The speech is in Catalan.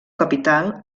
capital